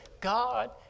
God